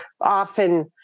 Often